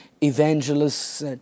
evangelists